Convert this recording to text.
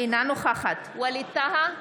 אינה נוכחת ווליד טאהא,